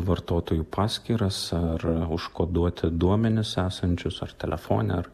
vartotojų paskyras ar užkoduoti duomenis esančius ar telefone ar